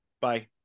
Bye